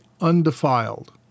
undefiled